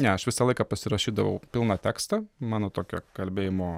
ne aš visą laiką pasirašydavau pilną tekstą mano tokia kalbėjimo